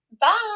Bye